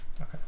Okay